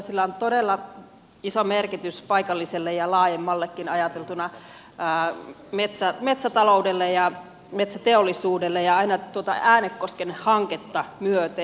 sillä on todella iso merkitys paikallisille ja laajemminkin ajateltuna metsätaloudelle ja metsäteollisuudelle aina tuota äänekosken hanketta myöten